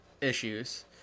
issues